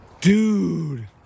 Dude